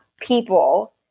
people